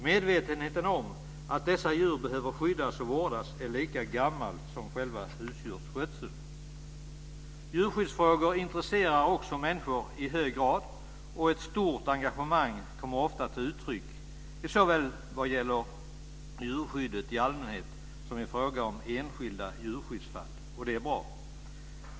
Medvetenheten om att dessa djur behöver skyddas och vårdas är lika gammal som själva husdjursskötseln. Djurskyddsfrågor intresserar människor i hög grad, och ett stort engagemang kommer ofta till uttryck såväl vad gäller djurskyddet i allmänhet som i fråga om enskilda djurskyddsfall, och det är bra.